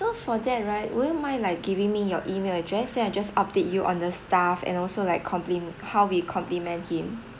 so for that right would you mind like giving me your email address then I just update you on the staff and also like compli~ how we compliment him